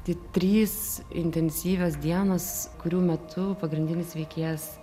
tai trys intensyvios dienos kurių metu pagrindinis veikėjas